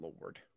lord